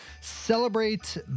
celebrate